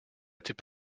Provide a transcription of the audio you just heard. était